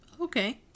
okay